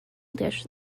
dish